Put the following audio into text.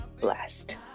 blessed